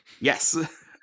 Yes